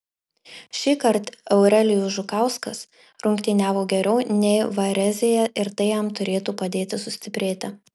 šįkart eurelijus žukauskas rungtyniavo geriau nei varezėje ir tai jam turėtų padėti sustiprėti